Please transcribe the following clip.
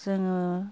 जोङो